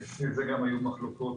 גם על זה היו מחלוקות